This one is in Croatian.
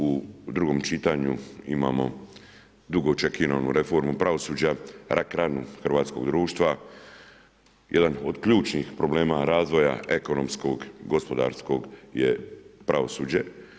U drugom čitanju imamo dugo očekivanu reformu pravosuđa, rak-ranu hrvatskog društva, jedan od ključnih problema razvoja ekonomskog, gospodarskog je pravosuđe.